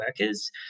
workers